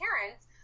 parents